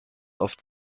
oft